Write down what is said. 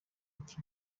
icyo